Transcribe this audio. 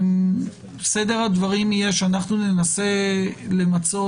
סדר הדברים יהיה שאנחנו ננסה למצות,